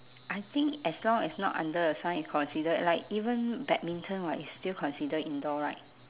I think as long as not under the sun is considered like even badminton [what] is still considered indoor right